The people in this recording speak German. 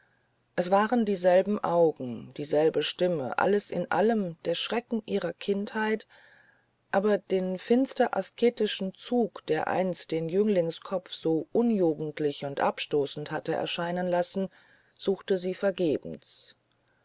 es waren dieselben augen dieselbe stimme alles in allem der schrecken ihrer kindheit aber den finster asketischen zug der einst den jünglingskopf so unjugendlich und abstoßend hatte erscheinen lassen suchte sie vergebens